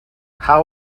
how